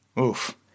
oof